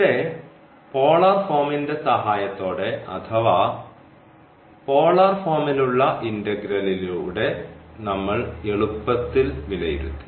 ഇവിടെ പോളാർ ഫോമിന്റെ സഹായത്തോടെ അഥവാ പോളാർ ഫോമിലുള്ള ഇന്റഗ്രലിലൂടെ നമ്മൾ എളുപ്പത്തിൽ വിലയിരുത്തി